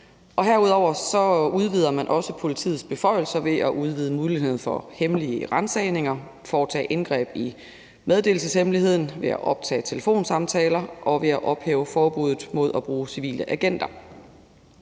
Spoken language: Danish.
Herudover udvider man også politiets beføjelser ved at udvide muligheden for hemmelige ransagninger, at foretage indgreb i meddelelseshemmeligheden, at optage telefonsamtaler og at ophæve forbuddet mod at bruge civile agenter.